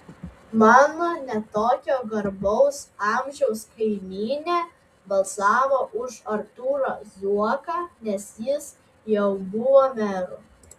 mano ne tokio garbaus amžiaus kaimynė balsavo už artūrą zuoką nes jis jau buvo meru